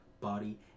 body